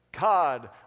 God